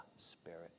spirit